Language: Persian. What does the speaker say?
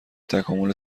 تکامل